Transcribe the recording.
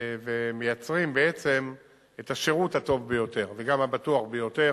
ומייצרים בעצם את השירות הטוב ביותר וגם הבטוח ביותר,